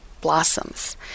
blossoms